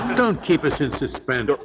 don't keep us in suspense.